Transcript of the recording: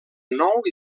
nou